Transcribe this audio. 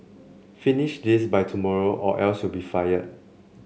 finish this by tomorrow or else you'll be fired